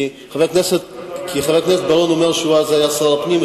כי חבר הכנסת בר-און אומר שהוא אז היה שר הפנים,